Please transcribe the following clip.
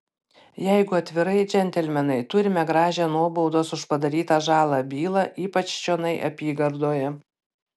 jeigu atvirai džentelmenai turime gražią nuobaudos už padarytą žalą bylą ypač čionai apygardoje